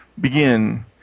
Begin